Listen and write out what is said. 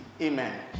Amen